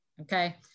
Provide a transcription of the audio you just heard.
Okay